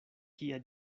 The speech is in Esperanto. kia